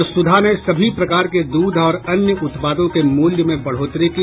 और सुधा ने सभी प्रकार के दूध और अन्य उत्पादों के मूल्य में बढ़ोतरी की